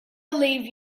leave